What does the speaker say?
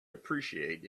appreciate